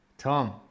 Tom